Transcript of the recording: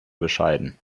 bescheiden